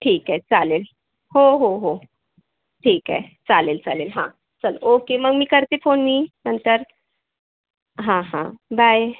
ठीक आहे चालेल हो हो हो ठीक आहे चालेल चालेल हां चल ओके मग मी करते फोन मी नंतर हां हां बाय